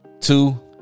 Two